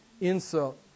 insult